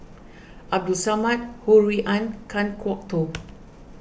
Abdul Samad Ho Rui An Kan Kwok Toh